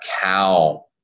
cow